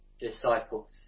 disciples